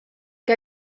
que